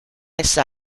essa